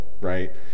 right